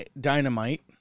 Dynamite